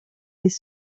les